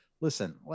listen